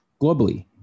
globally